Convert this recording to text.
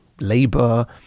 labor